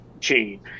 chain